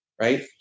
right